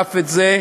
שדחף את זה,